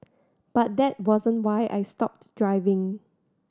but that wasn't why I stopped driving